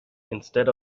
instead